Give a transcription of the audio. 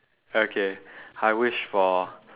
okay I wish for